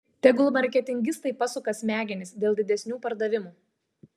tegul marketingistai pasuka smegenis dėl didesnių pardavimų